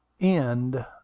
End